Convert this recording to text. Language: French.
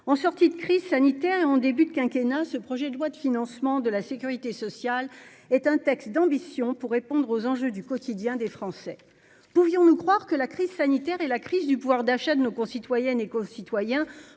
en sortie de crise sanitaire et en début de quinquennat ce projet de loi de financement de la Sécurité sociale est un texte d'ambition pour répondre aux enjeux du quotidien des Français pouvions-nous croire que la crise sanitaire et la crise du pouvoir d'achat de nos concitoyennes et concitoyens